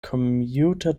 commuter